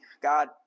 God